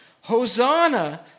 Hosanna